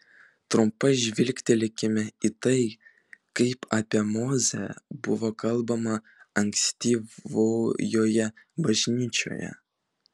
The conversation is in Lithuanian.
trumpai žvilgtelkime į tai kaip apie mozę buvo kalbama ankstyvojoje bažnyčioje